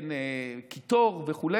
קיטור וכו'